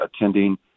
attending